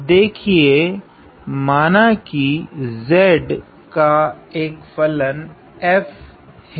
अब देखिए माना की z का अक फलन f है